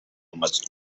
must